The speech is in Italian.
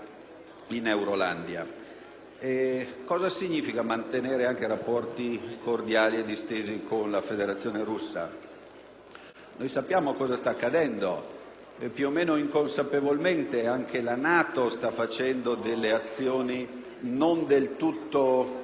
Cosa significa mantenere rapporti cordiali e distesi con la Federazione russa? Sappiamo cosa sta accadendo, più o meno inconsapevolmente anche la NATO sta compiendo azioni non del tutto